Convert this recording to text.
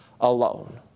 alone